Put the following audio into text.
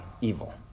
evil